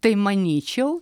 tai manyčiau